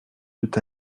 tout